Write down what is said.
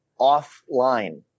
offline